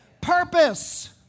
purpose